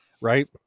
right